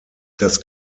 das